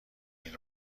این